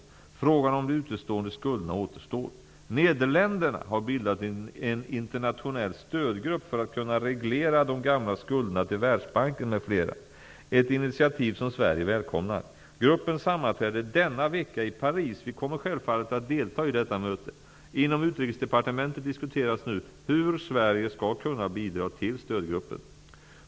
Frågan om de utestående skulderna återstår. Nederländerna har bildat en internationell stödgrupp för att kunna reglera de gamla skulderna till Världsbanken m.fl. -- ett initiativ som Sverige välkomnar. Gruppen sammanträder denna vecka i Paris. Vi kommer självfallet att delta i detta möte. Inom Utrikesdepartementet diskuteras nu hur Sverige skall kunna bidra till stödgruppen.